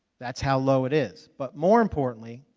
that's how low it is. but more importantly,